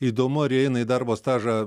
įdomu ar įeina į darbo stažą